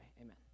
amen